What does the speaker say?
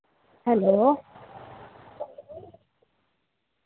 hello